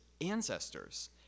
ancestors